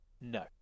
no